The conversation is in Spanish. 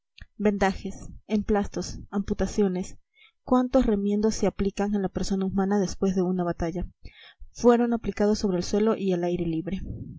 vendajes emplastos amputaciones cuantos remiendos se aplican a la persona humana después de una batalla fueron aplicados sobre el suelo y al aire libre